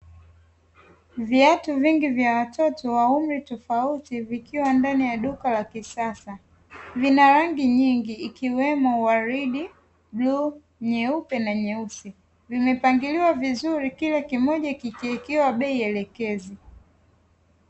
Viatu vingi vya watoto wa umri tofauti vikiwa ndani ya duka la kisasa. Vina rangi nyingi ikiwemo waridi, bluu, nyeupe na nyeusi. Vimepangiliwa vizuri kila kimoja kikiwekewa bei elekezi.